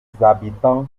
habitants